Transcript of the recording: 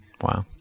Wow